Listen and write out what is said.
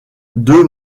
deux